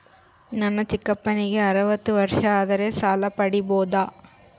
ನನ್ನ ಚಿಕ್ಕಪ್ಪನಿಗೆ ಅರವತ್ತು ವರ್ಷ ಆದರೆ ಸಾಲ ಪಡಿಬೋದ?